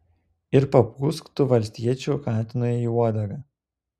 ir papūsk tu valstiečių katinui į uodegą